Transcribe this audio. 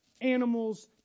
animals